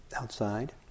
outside